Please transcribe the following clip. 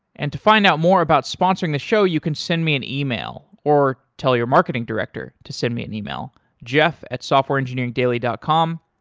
and to find out more about sponsoring the show, you can send me an ah e-mail or tell your marketing director to send me an e-mail jeff at softwareengineeringdaily dot com.